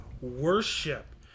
worship